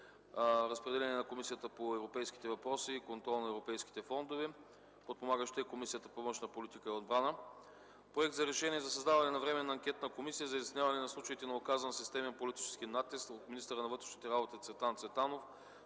Разпределен е на Комисията по европейските въпроси и контрол на европейските фондове. Подпомагаща е Комисията по външна политика и отбрана. - Проект за решение за създаване на Временна анкетна комисия за изясняване на случаите на оказан системен политически натиск от министъра на вътрешните работи Цветан Цветанов,